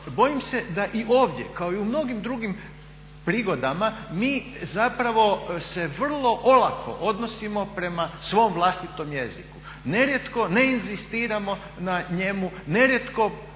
bojim se da i ovdje kao i u mnogim drugim prigodama mi se vrlo olako odnosimo prema svom vlastitom jeziku, nerijetko ne inzistiramo na njemu, nerijetko